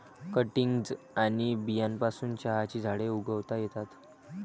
cuttings आणि बियांपासून चहाची झाडे उगवता येतात